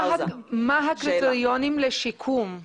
מה הקריטריונים לשיקום?